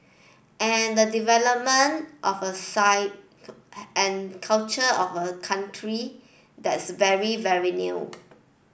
and the development of a and culture of a country that's very very new